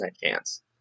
chance